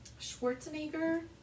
Schwarzenegger